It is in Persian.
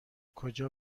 کجا